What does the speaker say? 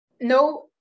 No